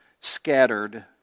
Scattered